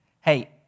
hey